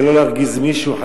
כדי לא להרגיז מישהו,